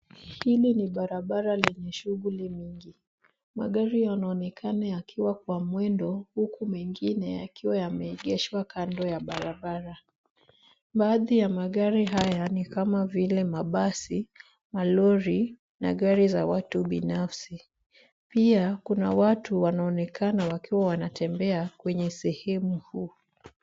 Hili ni barabara lenye shughuli nyingi. Magari yanaonekana yakiwa kwa mwendo, huku mengine yakiwa yameegeshwa kando ya barabara. Baadhi ya magari haya ni kama vile mabasi, malori, na gari za watu binafsi. Pia kuna watu wanaonekana wakiwa wanatembea kwenye sehemu huu.